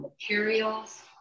Materials